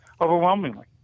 overwhelmingly